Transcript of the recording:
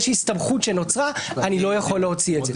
יש הסתבכות שנוצרה אני לא יכול להוציא את זה.